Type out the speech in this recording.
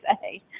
say